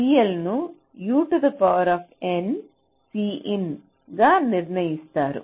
CL ను UN Cin గా నిర్ణయిస్తారు